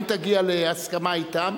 אם תגיע להסכמה אתם,